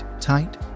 tight